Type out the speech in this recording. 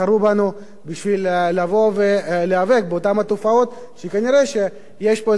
בשביל לבוא ולהיאבק באותן תופעות שכנראה יש פה איזו פרצה בחוק,